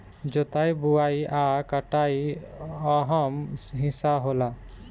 जोताई बोआई आ कटाई अहम् हिस्सा होला